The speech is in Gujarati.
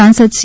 સાંસદ સી